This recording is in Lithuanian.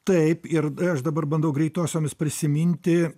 taip ir aš dabar bandau greitosiomis prisiminti